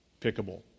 pickable